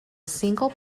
single